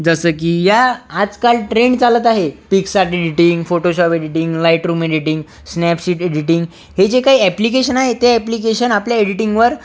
जसं की या आजकाल ट्रेंड चालत आहे PicsArt editing Photoshop editing Lightroom editing Snapseed editing हे जे काही ॲपलिकेशन आहे ते ॲपलिकेशन आपल्या एडिटिंगवर